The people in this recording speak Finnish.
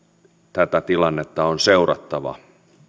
tätä tilannetta on seurattava